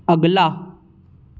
अगला